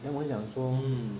then 我就讲说